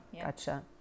gotcha